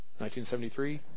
1973